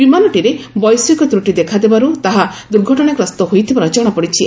ବିମାନଟିରେ ବୈଷୟିକ ତ୍ରଟି ଦେଖାଦେବାରୁ ତାହା ଦୁର୍ଘଟଣାଗ୍ରସ୍ତ ହୋଇଥିବାର କଣାପଡ଼ିଛି